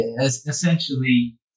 essentially